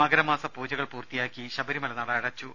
മകരമാസ പൂജകൾ പൂർത്തിയാക്കി ശബരിമല നട അടച്ചു